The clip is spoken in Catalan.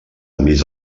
enmig